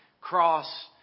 Cross